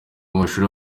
mashuri